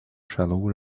shallow